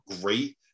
great